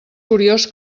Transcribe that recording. curiós